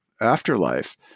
afterlife